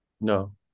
No